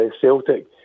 Celtic